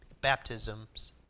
baptisms